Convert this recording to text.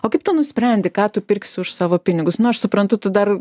o kaip tu nusprendi ką tu pirksi už savo pinigus na aš suprantu tu dar